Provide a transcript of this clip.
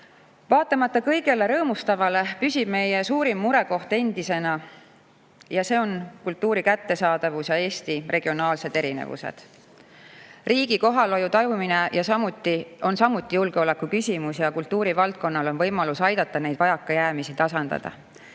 Vaatamata kõigele rõõmustavale püsib meie suurim murekoht endisena: kultuuri kättesaadavus ja Eesti regionaalsed erinevused. Riigi kohalolu tajumine on samuti julgeolekuküsimus ja kultuurivaldkonnal on võimalus aidata neid vajakajäämisi tasandada.